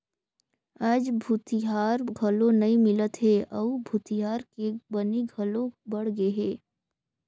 आयज भूथिहार घलो नइ मिलत हे अउ भूथिहार के बनी घलो बड़ गेहे